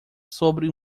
sobre